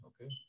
okay